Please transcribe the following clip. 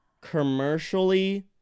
commercially